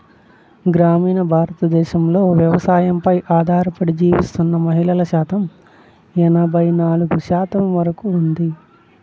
గ్రామీణ భారతదేశంలో వ్యవసాయంపై ఆధారపడి జీవిస్తున్న మహిళల శాతం ఎనబై నాలుగు శాతం వరకు ఉంది